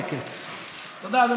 אוסיף לו עוד זמן, כי כנראה זה, תוסיף לו.